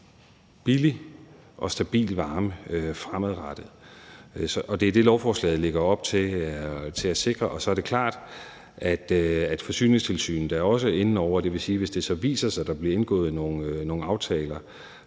billig og stabil varme fremadrettet. Det er det, lovforslaget lægger op til at sikre. Så er det klart, at Forsyningstilsynet også er inde over, og det vil sige, at hvis det så viser sig, at der bliver indgået nogle aftaler,